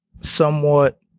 somewhat